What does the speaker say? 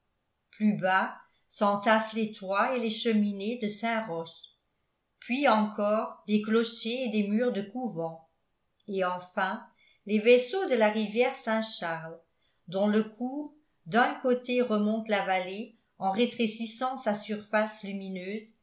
plus bas s'entassent les toits et les cheminées de saint-roch puis encore des clochers et des murs de couvents et enfin les vaisseaux de la rivière saint charles dont le cours d'un côté remonte la vallée en rétrécissant sa surface lumineuse